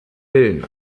willen